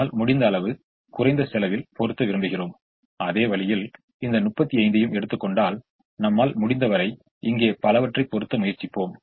நாம் இந்த 35 இலிருந்து கழிக்கும்போது நாம் இதிலிருந்து தான் தொடங்கினோம் மேலும் நாம் இதை எடுத்து கொண்டு மீண்டும் இதிலிருந்து எடுத்துக்கொண்டோம்